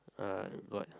uh what